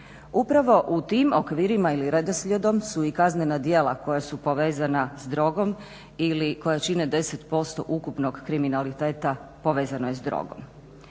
Upravo u tim okvirima ili redoslijedom su i kaznena djela koja su povezana s drogom ili koja čine 10% ukupnog kriminaliteta povezano je s drogom.